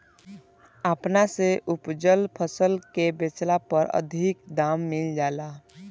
अपना से उपजल फसल के बेचला पर अधिका दाम मिल जाला